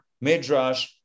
Midrash